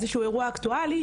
איזה שהוא אירוע אקטואלי,